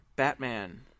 Batman